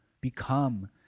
Become